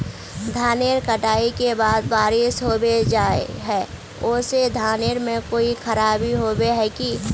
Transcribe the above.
धानेर कटाई के बाद बारिश होबे जाए है ओ से धानेर में कोई खराबी होबे है की?